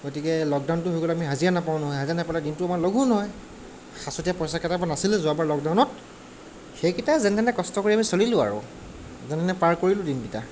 গতিকে লকডাউনটো হৈ গ'লে আমি হাজিৰা নাপাওঁ নহয় হাজিৰা নাপালে দিনটো আমাৰ লঘোন হয় সাঁচতীয়া পইচা কেইটামান আছিলে যোৱাবাৰ লকডাউনত সেইকেইটাই যেনেতেনে কষ্ট কৰি আমি চলিলো আৰু যেনেতেনে পাৰ কৰিলোঁ দিনকেইটা